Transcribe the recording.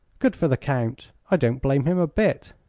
good for the count! i don't blame him a bit,